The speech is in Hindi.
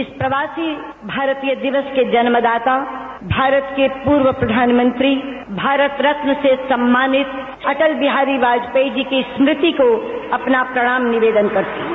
इस प्रवासी भारतीय दिवस के जन्मदाता भारत के पूर्व प्रधानमंत्री भारत रत्न से सम्मानित अटल बिहारी वाजपेयी जी की स्मृति को अपना प्रणाम निवेदन करती हूं